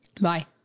Bye